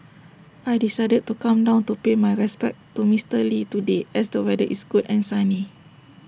I decided to come down to pay my respects to Mister lee today as the weather is good and sunny